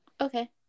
okay